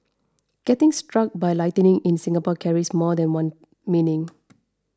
getting struck by lightning in Singapore carries more than one meaning